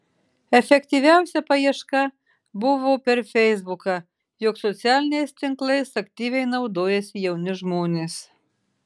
efektyviausia paieška buvo per feisbuką juk socialiniais tinklais aktyviai naudojasi jauni žmonės